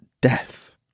death